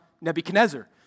Nebuchadnezzar